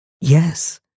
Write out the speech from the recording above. Yes